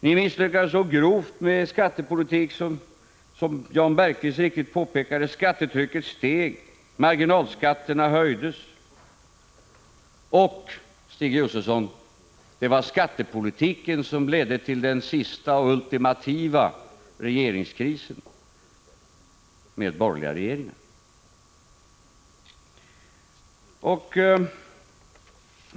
Ni misslyckades så grovt med er skattepolitik att — som Jan Bergqvist riktigt påpekade — skattetrycket steg och marginalskatterna höjdes. Och, Stig Josefson, det var skattepolitiken som ledde till den sista och ultimativa borgerliga regeringskrisen.